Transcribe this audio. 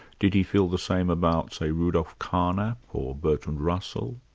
did he feel the same about, say, rudolph carnap or bertrand russell?